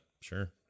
sure